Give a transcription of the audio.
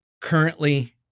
currently